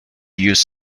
use